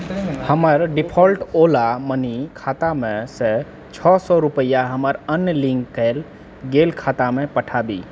हमर default Ola money खातामेसँ छओ सए रुपैआ हमर अन्य लिन्क कएल गेल खातामे पठाबी